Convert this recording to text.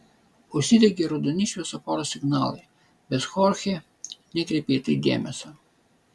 užsidegė raudoni šviesoforo signalai bet chorchė nekreipė į tai dėmesio